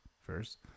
first